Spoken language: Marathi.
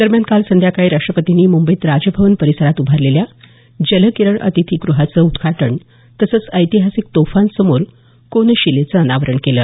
दरम्यान काल सायंकाळी राष्ट्रपतींनी मुंबईत राजभवन परिसरात उभारलेल्या जल किरण अतिथीग़हाचं उद्घाटन तसंच ऐतिहासिक तोफांसमोर कोनशिलेचे अनावरण केलं